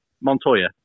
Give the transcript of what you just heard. Montoya